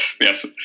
yes